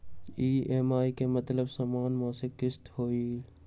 EMI के मतलब समान मासिक किस्त होहई?